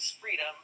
freedom